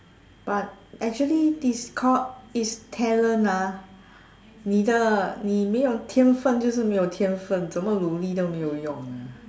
but actually this called is talent ah 你的你没有天分就是没有天分怎么努力也是没有用 ah